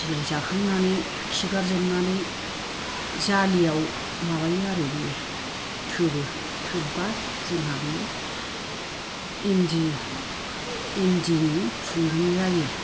बिलाइ जाखांनानै खिगार जोबनानै जालियाव माबायो आरो बियो थोबो थोब्बा जोंहा बियो इन्दि इन्दिनि खुन्दुं जायो